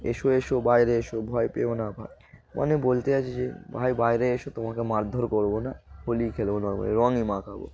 এসো এসো বাইরে এসো ভয় পেও না ভয় মানে বলতে চাইছে যে ভাই বাইরে এসো তোমাকে মারধর করব না হোলি খেলব নর্মালি রংই মাখাব